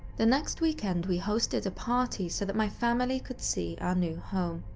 the next weekend we hosted a party so that my family could see our new home.